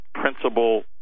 principal